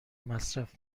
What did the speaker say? مصرف